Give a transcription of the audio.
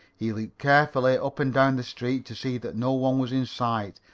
he looked carefully up and down the street to see that no one was in sight,